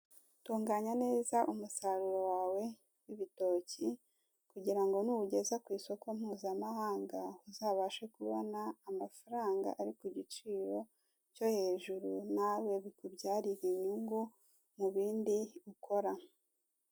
Tunganya neza umusaruro wawe w'ibitoki kugira ngo n'uwugeze ku isoko mpuzamahanga uzabashe kubona amafaranga ari ku giciro cyo hejuru nawe bikubyarira inyungu mubindi ukora.